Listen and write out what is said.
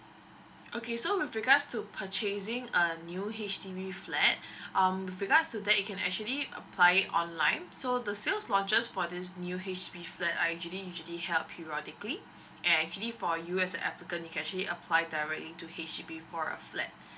okay so with regards to purchasing a new H_D_B flat um because to that you can actually apply online so the sales launches for this new H_D_B flat are actually usually held periodically and actually for you as a applicant you can actually apply directly to H_D_B for a flat